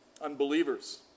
unbelievers